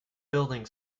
building